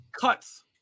cuts